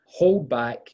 holdback